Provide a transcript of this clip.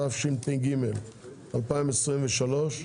התשפ"ג 2023,